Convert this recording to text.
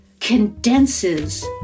condenses